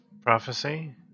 prophecy